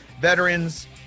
Veterans